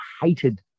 hated